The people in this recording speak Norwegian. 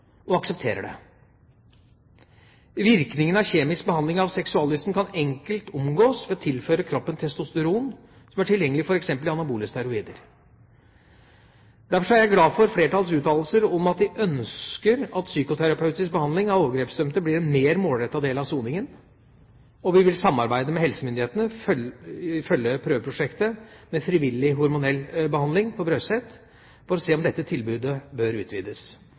og aksepterer det. Virkningen av kjemisk behandling av seksuallysten kan enkelt omgås ved å tilføre kroppen testosteron, som er tilgjengelig f.eks. i anabole steroider. Derfor er jeg glad for flertallets uttalelser om at de ønsker at psykoterapeutisk behandling av overgrepsdømte blir en mer målrettet del av soningen. Og vi vil samarbeide med helsemyndighetene, følge prøveprosjektet med frivillig hormonell behandling på Brøset, for å se om dette tilbudet bør utvides.